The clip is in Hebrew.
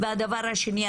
והדבר הזה,